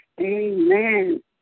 Amen